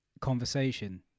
Conversation